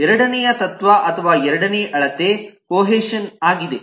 ಎರಡನೆಯ ತತ್ವ ಅಥವಾ ಎರಡನೆಯ ಅಳತೆ ಕೋಹೇಷನ್ ಆಗಿದೆ